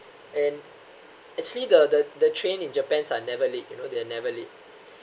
and actually the the the train in japan's uh never late you know they are never late